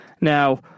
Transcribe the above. Now